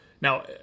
Now